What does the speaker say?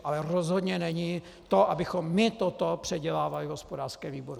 Ale rozhodně není to, abychom my toto předělávali v hospodářském výboru.